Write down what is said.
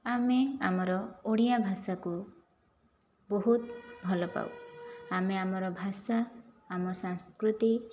ଆମେ ଆମର ଓଡ଼ିଆ ଭାଷାକୁ ବହୁତ ଭଲପାଉ ଆମେ ଆମର ଭାଷା ଆମ ସଂସ୍କୃତି